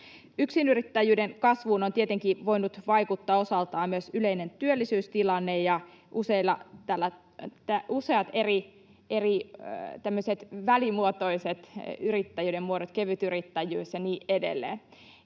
Yksinyrittäjyyden kasvuun ovat tietenkin voineet vaikuttaa osaltaan myös yleinen työllisyystilanne ja useat eri välimuotoiset yrittäjyyden muodot, kevytyrittäjyys ja niin edelleen.